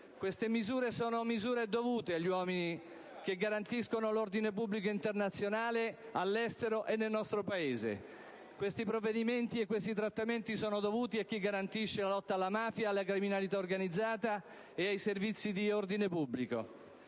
queste misure sono dovute agli uomini che garantiscono l'ordine pubblico internazionale all'estero e nel nostro Paese. Questi trattamenti sono dovuti a chi garantisce la lotta alla mafia e alla criminalità organizzata e i servizi di ordine pubblico.